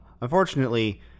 unfortunately